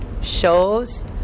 Shows